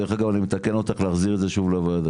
דרך אגב אני מתקן אותך להחזיר את זה שוב לוועדה.